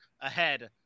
ahead